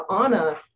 Anna